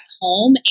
home